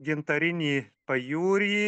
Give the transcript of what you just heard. gintarinį pajūrį